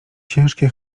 ciężkie